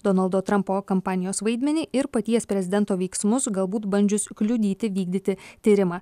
donaldo trampo kampanijos vaidmenį ir paties prezidento veiksmus galbūt bandžius kliudyti vykdyti tyrimą